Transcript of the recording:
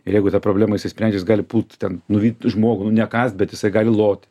ir jeigu ta problema išsisprendžia jis gali pult ten nuvyt žmogų nekąst bet jisai gali lot